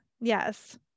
yes